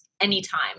anytime